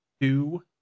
two